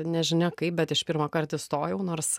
nežinia kaip bet iš pirmo karto įstojau nors